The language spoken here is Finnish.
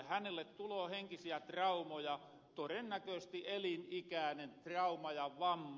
hänelle tuloo henkisiä traumoja torennäköösesti elinikäänen trauma ja vamma